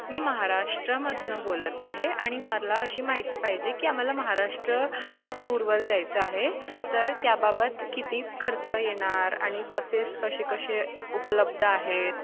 मी महाराष्ट्रामधनं बोलत आहे आणि मला अशी माहिती पाहिजे की आम्हाला महाराष्ट्र टूरवर जायचं आहे तर त्याबाबत किती खर्च येणार आणि बसेस कसे कसे उपलब्ध आहेत